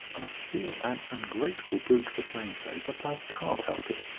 i feel an ungrateful brute for saying so, but i can't help it.